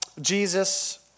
Jesus